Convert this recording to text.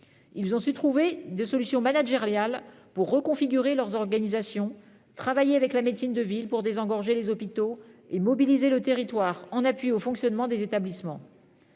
Ils ont su trouver des solutions managériales pour reconfigurer leurs organisations, travailler avec la médecine de ville pour désengorger les hôpitaux et mobiliser le territoire en appui au fonctionnement des établissements.